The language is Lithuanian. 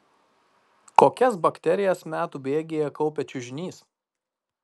kokias bakterijas metų bėgyje kaupia čiužinys